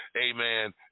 Amen